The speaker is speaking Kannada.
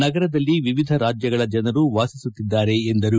ನಗರದಲ್ಲಿ ವಿವಿಧ ರಾಜ್ಯಗಳ ಜನರು ವಾಸಿಸುತ್ತಿದ್ದಾರೆ ಎಂದರು